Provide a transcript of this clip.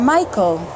Michael